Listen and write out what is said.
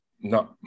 No